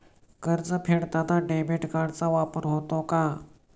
कर्ज फेडताना डेबिट कार्डचा वापर होतो का?